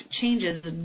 changes